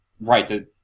right